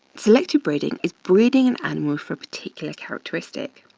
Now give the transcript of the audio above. selective breeding is breeding an animal for a particular characteristic.